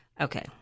Okay